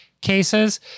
cases